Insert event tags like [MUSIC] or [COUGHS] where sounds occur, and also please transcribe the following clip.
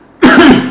[COUGHS]